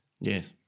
Yes